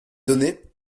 données